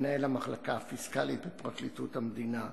מנהל המחלקה הפיסקלית, פרקליטות המדינה,